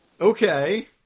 Okay